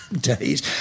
days